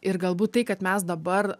ir galbūt tai kad mes dabar